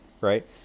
right